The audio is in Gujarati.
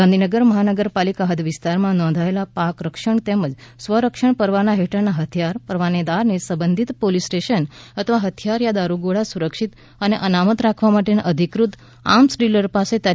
ગાંધીનગર મહાનગરપાલિકા હૃદ વિસ્તારમાં નોધાયેલ પાક રક્ષણ તેમજ સ્વરક્ષણ પરવાના હેઠળના હથિયાર પરવાનેદારે સંબંધિત પોલીસ સ્ટેશન અથવા હથિયાર દારુગાળી સુરક્ષિત અને અનામત રાખવા માટેના અધિકૃત આર્મ્સ ડીલર પાસે તા